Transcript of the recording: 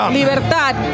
libertad